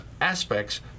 aspects